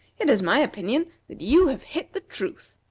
it is my opinion that you have hit the truth.